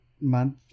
month